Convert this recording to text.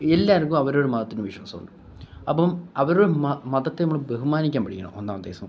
എല്ലാവർക്കും അവരവരെ മതത്തിനെ വിശ്വാസമുണ്ട് അപ്പം അവരെ മതത്തെ നമ്മൾ ബഹുമാനിക്കാൻ പഠിക്കണം ഒന്നാമത്തെ ദിവസം